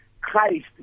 Christ